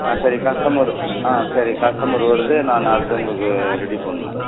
ஆ சரி கஸ்டமரு ஆ சரி கஸ்டமரு வருது நான் அடுத்தவர்களுக்கு ரெடி பண்ணணும்